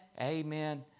Amen